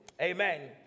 amen